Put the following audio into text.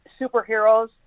superheroes